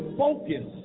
focus